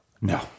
No